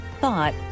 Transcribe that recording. thought